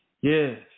Yes